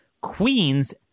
Queens